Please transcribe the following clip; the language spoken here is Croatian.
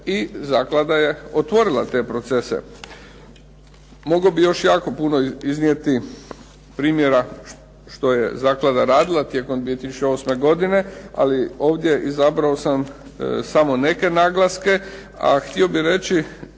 zaklada je otvorila te procese. Mogao bih još jako puno iznijeti primjera što je zaklada radila tijekom 2008. godine, ali ovdje izabrao sam samo neke naglaske. A htio bih reći